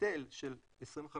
היטל של 25%,